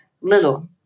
little